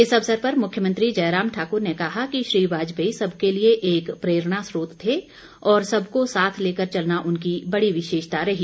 इस अवसर पर मुख्यमंत्री जयराम ठाकर ने कहा कि श्री वाजपेयी सबके लिए एक प्रेरणास्रोत थे और सबको साथ लेकर चलना उनकी बड़ी विशेषता रही